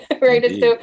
right